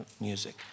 music